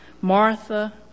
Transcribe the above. Martha